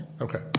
Okay